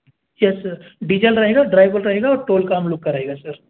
yes sir diesel रहेगा driver रहेगा और टोल का हम लोग का रहेगा सर